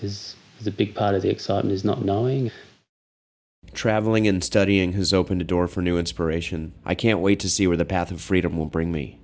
is the big part of the excitement is not knowing traveling in studying has opened a door for new inspiration i can't wait to see where the path of freedom will bring me